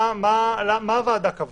מה הוועדה קבעה?